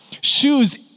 shoes